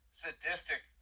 sadistic